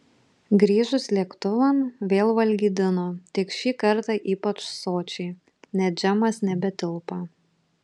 grįžus lėktuvan vėl valgydino tik šį kartą ypač sočiai net džemas nebetilpo